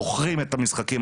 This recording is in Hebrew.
מוכרים את המשחקים,